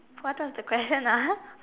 what was the question ah